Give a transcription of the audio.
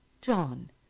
John